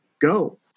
go